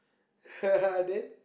then